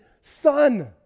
son